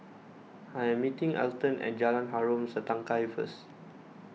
I am meeting Elton at Jalan Harom Setangkai first